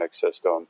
system